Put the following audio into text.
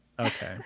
Okay